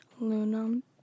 aluminum